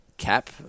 cap